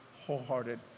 wholehearted